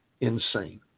insane